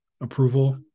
approval